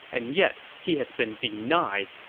and yet he has been denied.